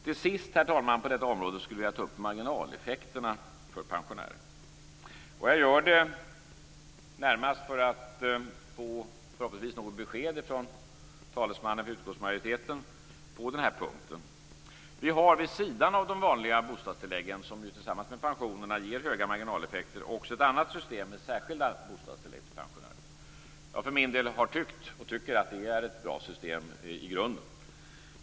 Till sist på detta område, herr talman, skulle jag vilja ta upp marginaleffekterna för pensionärer. Jag gör det närmast för att förhoppningsvis få något besked från talesmannen för utskottsmajoriteten på den här punkten. Vi har vid sidan av de vanliga bostadstilläggen, som ju tillsammans med pensionerna ger höga marginaleffekter, också ett annat system med särskilda bostadstillägg för pensionärer. Jag för min del har tyckt, och tycker, att det är ett bra system i grunden.